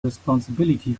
responsibility